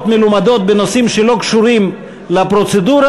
מלומדות בנושאים שלא קשורים לפרוצדורה,